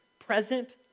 present